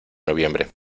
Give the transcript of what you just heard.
noviembre